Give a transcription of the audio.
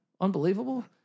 Unbelievable